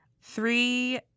Three